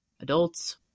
adults